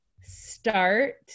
start